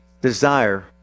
desire